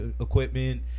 equipment